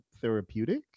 therapeutic